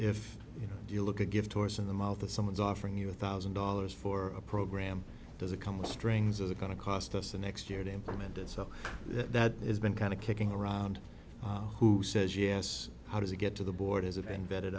know you look at gift horse in the mouth someone's offering you a thousand dollars for a program does it come with strings are going to cost us the next year to implement it so that it has been kind of kicking around who says yes how does it get to the borders of embedded